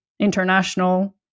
international